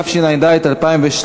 התשע"ד 2013,